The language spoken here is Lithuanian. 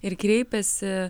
ir kreipėsi